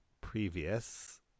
Previous